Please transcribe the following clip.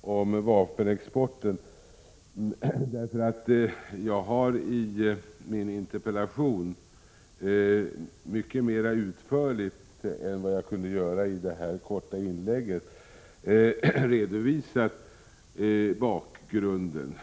om vapenexporten kan jag ta med ro. Jag har i min interpellation mycket mer utförligt än vad jag kunde göra i mitt korta inlägg här redovisat bakgrunden.